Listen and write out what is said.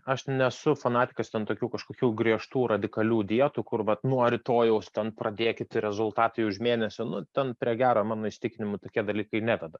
aš nesu fanatikas ten tokių kažkokių griežtų radikalių dietų kur vat nuo rytojaus ten pradėkit rezultatai už mėnesio nu ten prie gero mano įsitikinimu tokie dalykai neveda